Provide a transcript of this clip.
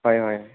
হয় হয়